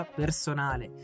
personale